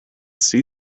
see